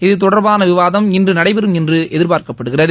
இது தொடர்பாக விவாதம் இன்று நடைபெறும் என்று எதிர்பார்க்கப்படுகிறது